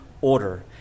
order